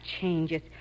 changes